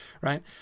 right